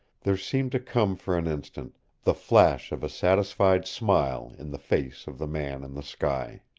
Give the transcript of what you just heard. there seemed to come for an instant the flash of a satisfied smile in the face of the man in the sky.